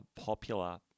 popular